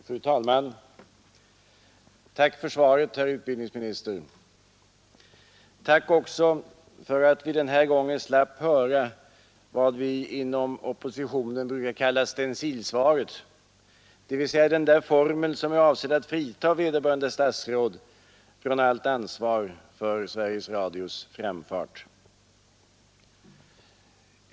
Fru talman! Tack för svaret, herr utbildningsminister. Tack också för att vi den här gången slapp höra vad vi inom oppositionen brukar kalla stencilsvaret, dvs. den där formeln som är avsedd att frita vederbörande statsråd från allt ansvar för Sveriges Radios framfart.